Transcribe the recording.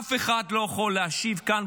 אף אחד לא יכול להשיב כאן,